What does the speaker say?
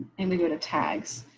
and we go to tags,